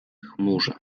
chmurze